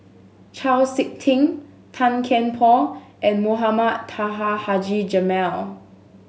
Chau Sik Ting Tan Kian Por and Mohamed Taha Haji Jamil